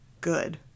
good